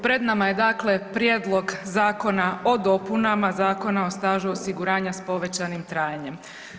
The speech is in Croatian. Pred nama je dakle Prijedlog zakona o dopunama Zakona o stažu osiguranja s povećanim trajanjem.